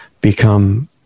become